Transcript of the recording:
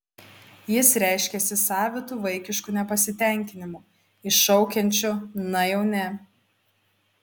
jis reiškiasi savitu vaikišku nepasitenkinimu iššaukiančiu na jau ne